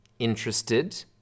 interested